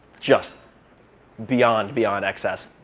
just beyond beyond excess.